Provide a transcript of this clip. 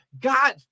God